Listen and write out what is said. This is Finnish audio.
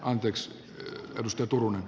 anteeks tunnustetun